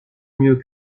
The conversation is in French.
mieux